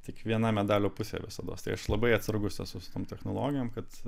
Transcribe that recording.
tik viena medalio pusė visados labai atsargus esu su tom technologijom kad